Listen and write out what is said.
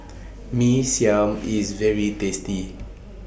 Mee Siam IS very tasty